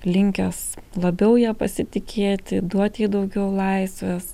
linkęs labiau ja pasitikėti duot jai daugiau laisvės